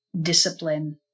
discipline